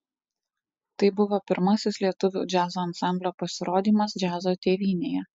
tai buvo pirmasis lietuvių džiazo ansamblio pasirodymas džiazo tėvynėje